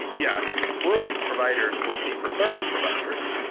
yeah, if rural providers were fee-for-service providers,